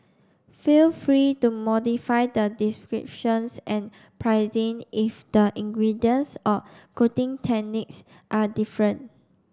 feel free to modify the descriptions and pricing if the ingredients or cooking techniques are different